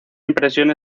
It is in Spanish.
impresión